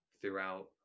throughout